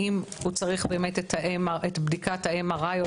האם הוא צריך באמת את בדיקת ה-MRI או